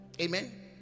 Amen